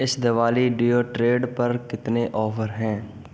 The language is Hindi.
इस दिवाली डिओड्रेट पर कितने ऑफ़र हैं